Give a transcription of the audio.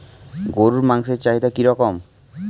গরুর মাংসের চাহিদা কি রকম?